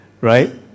right